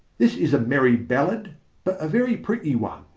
this is a merry ballad but a very pretty one.